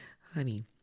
Honey